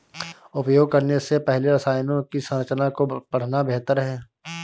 उपयोग करने से पहले रसायनों की संरचना को पढ़ना बेहतर है